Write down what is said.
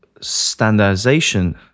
standardization